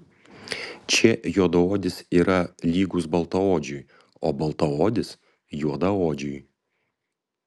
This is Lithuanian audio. čia juodaodis yra lygus baltaodžiui o baltaodis juodaodžiui